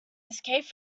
escaped